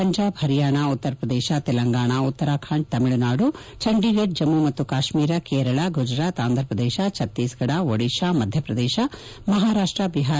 ಪಂಜಾಬ್ ಹರಿಯಾಣಾ ಉತ್ತರ ಪ್ರದೇಶ ತೆಲಂಗಾಣ ಉತ್ತರಾಖಂಡ್ ತಮಿಳುನಾಡು ಚಂಡೀಗಢ್ ಜಮ್ನು ಮತ್ತು ಕಾಶ್ಮೀರ ಕೇರಳ ಗುಜರಾತ್ ಆಂಧಪ್ರದೇಶ ಛತ್ತೀಸ್ಗಢ ಒಡಿಶಾ ಮಧಪ್ರದೇಶ ಮಹಾರಾಪ್ಸ ಬಿಹಾರ್